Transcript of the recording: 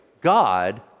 God